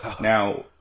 Now